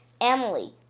Emily